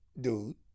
dude